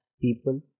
people